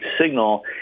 signal